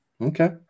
Okay